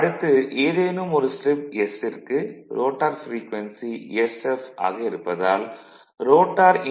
அடுத்து ஏதேனும் ஒரு ஸ்லிப் s ற்கு ரோட்டார் ப்ரீக்வென்சி sf ஆக இருப்பதால் ரோட்டார் இன்டியூஸ்ட் ஈ